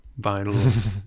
vinyl